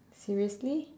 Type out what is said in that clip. seriously